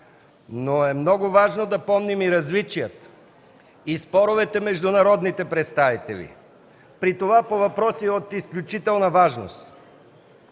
Но е много важно да помним и различията, и споровете между народните представители, при това по въпроси от изключителна важност.